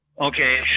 Okay